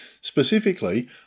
specifically